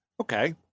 Okay